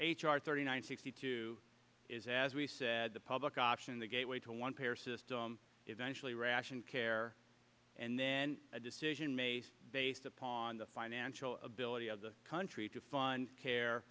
r thirty nine sixty two is as we said the public option the gateway to one payer system eventually rationed care and then a decision made based upon the financial ability of the country to find care